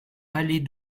allée